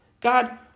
God